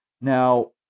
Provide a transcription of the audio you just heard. Now